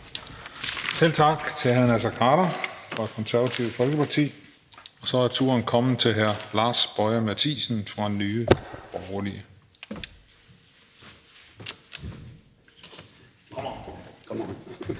Selv tak til hr. Naser Khader fra Det Konservative Folkeparti. Så er turen kommet til hr. Lars Boje Mathiesen fra Nye Borgerlige. Kl. 13:32 (Ordfører)